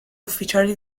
ufficiale